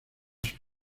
sus